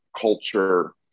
culture